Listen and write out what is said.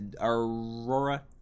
Aurora